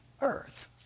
earth